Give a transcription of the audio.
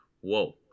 Whoa